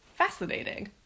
fascinating